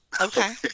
Okay